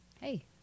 hey